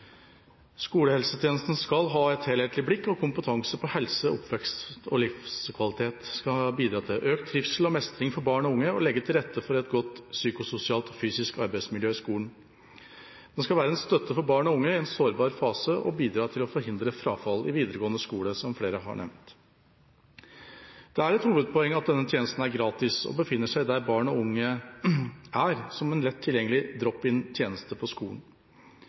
Skolehelsetjenesten skal ha et helhetlig blikk, og kompetanse på helse, oppvekst og livskvalitet skal bidra til økt trivsel og mestring for barn og unge og legge til rette for et godt psykososialt og fysisk arbeidsmiljø i skolen. Den skal være en støtte for barn og unge i en sårbar fase og bidra til å forhindre frafall i videregående skole, som flere har nevnt. Det er et hovedpoeng at denne tjenesten er gratis og befinner seg der barn og unge er, som en lett tilgjengelig «drop in»-tjeneste på skolen.